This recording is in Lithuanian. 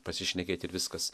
pasišnekėt ir viskas